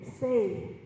say